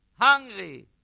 hungry